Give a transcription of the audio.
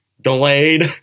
delayed